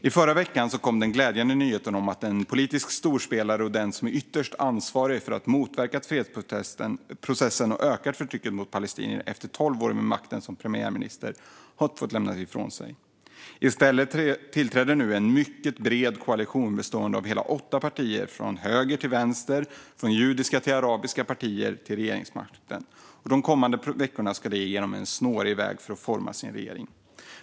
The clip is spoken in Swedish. I förra veckan kom den glädjande nyheten om att en politisk storspelare, och den som är ytterst ansvarig för att motverka fredsprocessen och öka förtrycket mot palestinier, efter tolv år vid makten som premiärminister har fått lämna ifrån sig den. I stället tillträder nu en mycket bred koalition, bestående av hela åtta partier från höger till vänster, från judiska och arabiska partier, regeringsmakten. De kommande veckorna ska de genom en snårig väg för att forma sin regering.